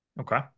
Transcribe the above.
Okay